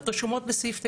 רשומות בסעיף 9א(1)